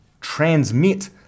transmit